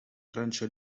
francia